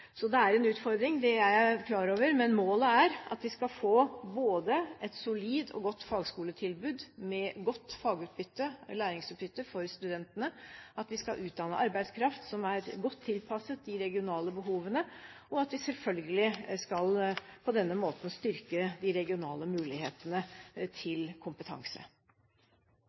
Så det er en utfordring. Det er jeg klar over. Men målet er at vi skal få et solid og godt fagskoletilbud med godt fag- og læringsutbytte for studentene, at vi skal utdanne arbeidskraft som er godt tilpasset de regionale behovene, og at vi selvfølgelig på denne måten skal styrke de regionale mulighetene til kompetanse.